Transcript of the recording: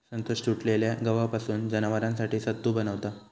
संतोष तुटलेल्या गव्हापासून जनावरांसाठी सत्तू बनवता